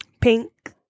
Pink